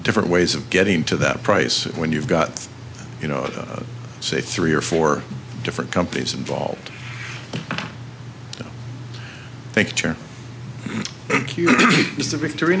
different ways of getting to that price when you've got you know say three or four different companies involved thanks it's a victory